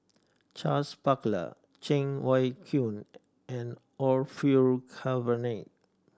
Charles Paglar Cheng Wai Keung and Orfeur Cavenagh